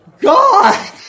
God